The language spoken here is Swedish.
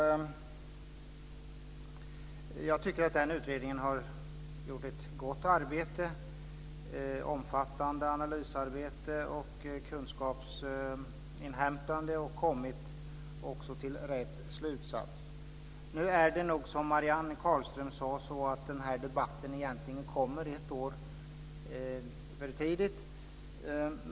Jag tycker att utredningen har gjort ett gott arbete. Det har varit ett omfattande analysarbete och kunskapsinhämtande, och utredningen har också kommit till rätt slutsats. Nu är det nog som Marianne Carlström sade. Den här debatten kommer egentligen ett år för tidigt.